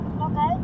Okay